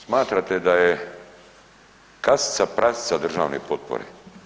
smatrate da je kasica prasica državne potpore.